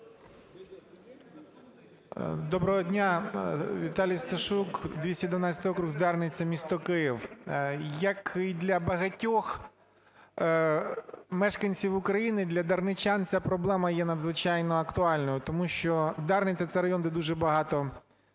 Доброго дня! Віталій Сташук, 212 округ, Дарниця, місто Київ. Як і для багатьох мешканців України, для дарничан ця проблема є надзвичайно актуальною. Тому що Дарниця – це район, де дуже багато